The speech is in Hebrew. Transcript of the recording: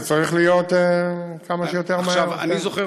זה צריך להיות כמה שיותר מהר.